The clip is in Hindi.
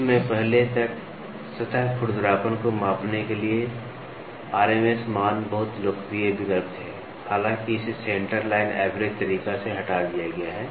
कुछ समय पहले तक सतह खुरदरापन को मापने के लिए RMS मान बहुत लोकप्रिय विकल्प थे हालांकि इसे सेंटर लाइन एवरेज तरीका से हटा दिया गया है